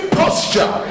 posture